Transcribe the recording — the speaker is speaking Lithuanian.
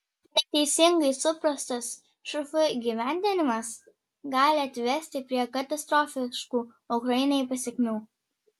neteisingai suprastas šf įgyvendinimas gali atvesti prie katastrofiškų ukrainai pasekmių